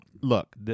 look